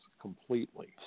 completely